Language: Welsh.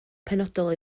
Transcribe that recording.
penodol